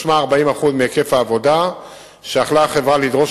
משמע 40% מהיקף העבודה שיכלה החברה לדרוש